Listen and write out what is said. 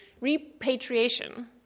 repatriation